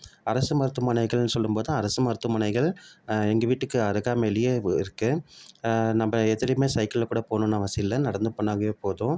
அரசு மருத்துவமனைகள் சொல்லும்போது அரசு மருத்துவமனைகள் எங்கள் வீட்டுக்கு அருகாமைலேயே இருக்கு து நம்ம எதுலேயுமே சைக்களில் கூட போகணும்னு அவசியம் இல்லை நடந்து போனால் போதும்